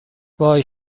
وای